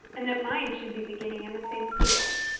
and that mine should be beginning in the same field.